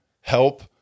help